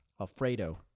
alfredo